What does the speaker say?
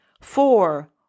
Four